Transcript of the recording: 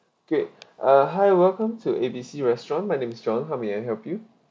K uh hi welcome to A B C restaurant my name is john how may I help you